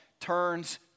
turns